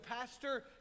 pastor